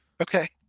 Okay